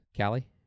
Callie